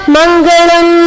Mangalam